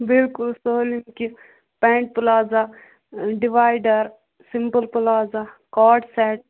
بلکُل plaza divider simple plaza card set